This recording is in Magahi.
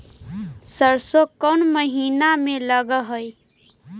सरसों कोन महिना में लग है?